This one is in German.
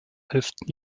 elften